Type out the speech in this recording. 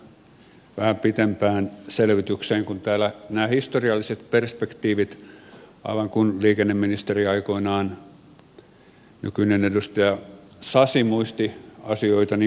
tulin nyt tähän vähän pitempään selvitykseen kun täällä näistä historiallisista perspektiiveistä aivan kuin aikoinaan liikenneministeri nykyinen edustaja sasi muisti asioita niin kuin muisti